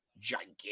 gigantic